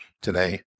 today